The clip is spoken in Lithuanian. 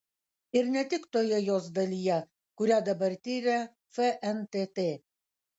ir ne tik toje jos dalyje kurią dabar tiria fntt